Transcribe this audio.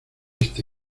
este